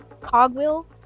cogwheel